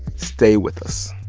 stay with us